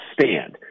stand